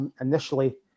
initially